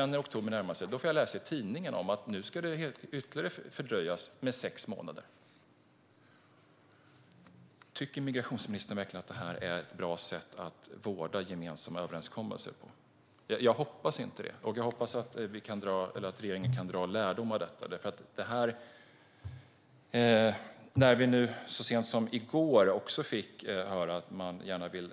Men när oktober närmade sig fick jag läsa i tidningen att det nu skulle fördröjas med ytterligare sex månader. Tycker migrationsministern verkligen att detta är ett bra sätt att vårda gemensamma överenskommelser? Jag hoppas inte det. Jag hoppas att regeringen kan dra lärdom av detta. Så sent som i går fick vi ju höra att man gärna vill